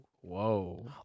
whoa